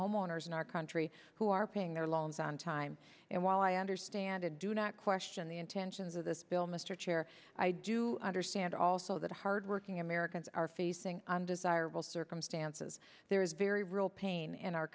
homeowners in our country who are paying their loans on time and while i understand and do not question the intentions of this bill mr chair i do understand also that hardworking americans are facing undesirable circumstances there is very real pain in our